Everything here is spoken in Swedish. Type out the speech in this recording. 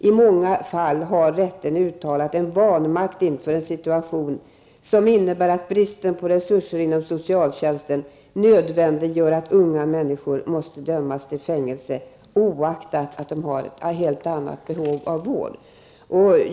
I många fall har rätten uttalat en vanmakt inför en situation som innebär att bristen på resurser inom socialtjänsten nödvändiggör att unga människor måste dömas till fängelse oaktat att de har ett helt annat behov av vård.